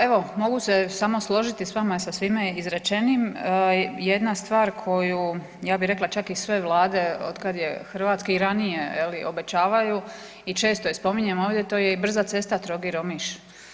Evo, mogu se samo složiti s vama, sa svime izrečenim, jedna stvar koju, ja bi rekla čak i sve Vlade od kad je Hrvatske, i ranije, je li, obećavaju i često je spominjemo ovdje, to je i brza cesta Trogir-Omiš.